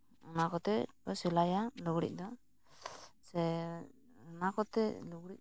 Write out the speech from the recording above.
ᱚᱱᱟ ᱠᱚᱛᱮ ᱠᱚ ᱥᱤᱞᱟᱭᱟ ᱞᱩᱜᱽᱲᱤᱡ ᱫᱚ ᱥᱮ ᱚᱱᱟ ᱠᱚᱛᱮ ᱞᱩᱜᱽᱲᱤᱡ